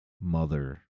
mother